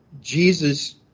jesus